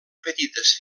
petites